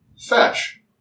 fetch